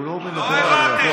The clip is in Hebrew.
לא הבנתי.